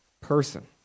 person